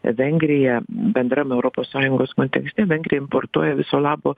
vengrija bendram europos sąjungos kontekste vengrija importuoja viso labo